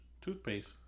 toothpaste